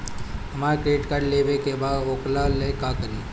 हमरा credit card लेवे के बा वोकरा ला का करी?